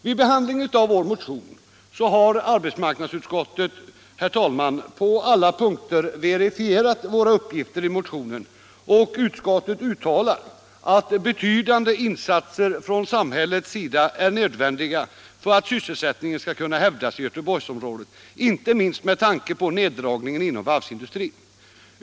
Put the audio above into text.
Vid behandlingen av vår motion har arbetsmarknadsutskottet på alla punkter verifierat våra uppgifter i motionen och uttalar, att betydande insatser från samhällets sida är nödvändiga för att sysselsättningen skall kunna hävdas i Göteborgsområdet, inte minst med tanke på neddragningen inom varvsindustrin.